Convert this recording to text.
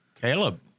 Caleb